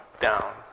down